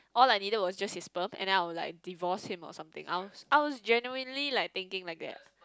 all I needed was just his sperm and then I will like divorce him or something I was I was genuinely like thinking like that